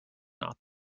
not